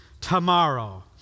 tomorrow